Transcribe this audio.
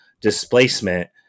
displacement